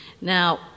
Now